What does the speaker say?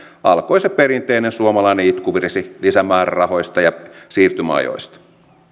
alkoi se perinteinen suomalainen itkuvirsi lisämäärärahoista ja siirtymäajoista